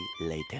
later